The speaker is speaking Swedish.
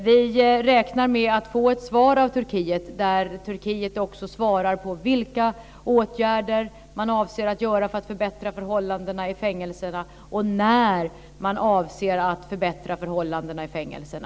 Vi räknar med att få ett svar av Turkiet där Turkiet också svarar på vilka åtgärder man avser att vidta för att förbättra förhållandena i fängelserna och när man avser att förbättra förhållandena i fängelserna.